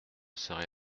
serai